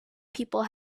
people